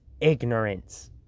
ignorance